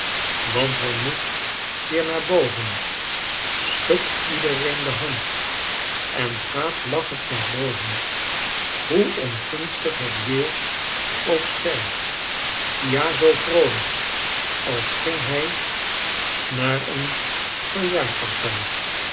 want hy moet weer naar boven schudt iedereen de hand en gaat lachend naar boven hoe ongunstig het weer ook zij ja zoo vroolijk als ging hij naar een